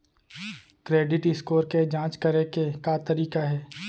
Credit score के जाँच करे के का तरीका हे?